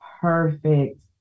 Perfect